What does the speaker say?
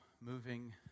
moving